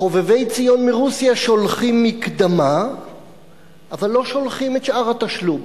"חובבי ציון" מרוסיה שולחים מקדמה אבל לא שולחים את שאר התשלום,